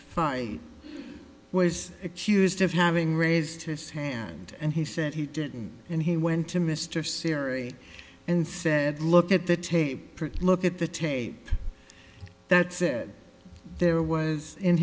guy was accused of having raised his hand and he said he didn't and he went to mr serry and said look at the tape look at the tape that said there was in